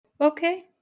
Okay